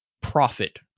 profit